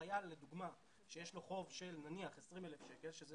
חייל שיש לו חוב של נניח 20,000 שקלים שזה